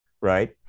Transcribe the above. right